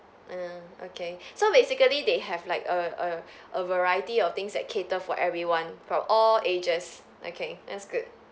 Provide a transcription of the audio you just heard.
ah okay so basically they have like a a a variety of things that cater for everyone for all ages okay that's good